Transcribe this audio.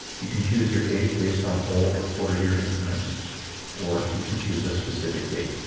you can choose your age based on whole or quarter year increments or you can choose a specific date.